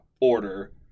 order